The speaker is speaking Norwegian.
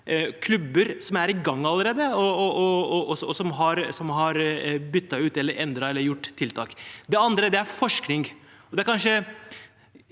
klubber som er i gang allerede, som har byttet ut, endret eller gjort tiltak. Det andre er forskning.